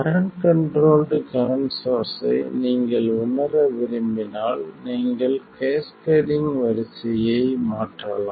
current controlled current சோர்ஸ்ஸை நீங்கள் உணர விரும்பினால் நீங்கள் கேஸ்கேடிங் வரிசையை மாற்றலாம்